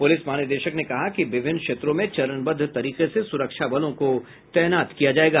police महानिदेशक ने कहा कि विभिन्न क्षेत्रों में चरणबद्ध तरीके से सुरक्षा बलों को तैनात किया जायेगा